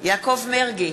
יעקב מרגי,